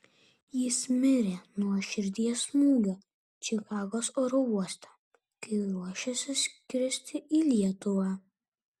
jis mirė nuo širdies smūgio čikagos oro uoste kai ruošėsi skristi į lietuvą